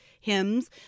hymns